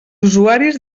usuaris